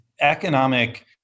economic